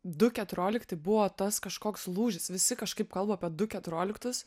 du keturiolikti buvo tas kažkoks lūžis visi kažkaip kalba apie du keturioliktus